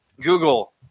Google